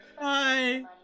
Bye